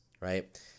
right